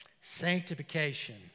Sanctification